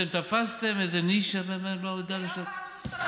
אתם תפסתם איזה נישה, באמת, זאת לא פעם ראשונה.